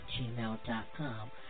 gmail.com